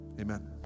Amen